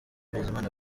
bizimana